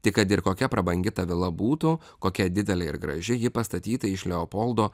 tai kad ir kokia prabangi ta vila būtų kokia didelė ir graži ji pastatyta iš leopoldo